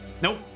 nope